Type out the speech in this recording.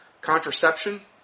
contraception